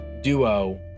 duo